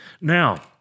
Now